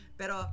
pero